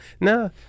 no